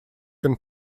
can